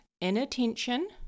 inattention